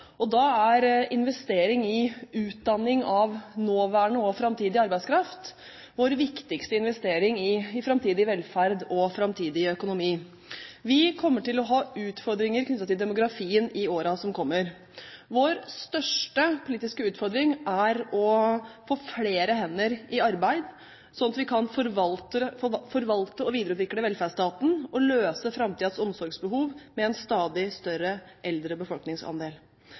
Og da er investering i utdanning av nåværende og framtidig arbeidskraft vår viktigste investering i framtidig velferd og framtidig økonomi. Vi kommer til å ha utfordringer knyttet til demografien i årene som kommer. Vår største politiske utfordring er å få flere hender i arbeid, sånn at vi kan forvalte og videreutvikle velferdsstaten og løse framtidens omsorgsbehov med en stadig større eldre befolkningsandel.